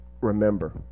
Remember